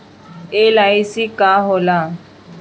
LIC का होला?